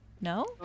no